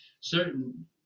certain